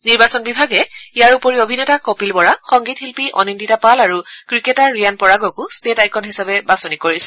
নিৰ্বাচন বিভাগে ইয়াৰ উপৰি অভিনেতা কপিল বৰা সংগীত শিল্পী অনিন্দিতা পাল আৰু ক্ৰিকেটাৰ ৰিয়ান পৰাগকো ষ্টেট আইকন হিচাপে বাছনি কৰিছে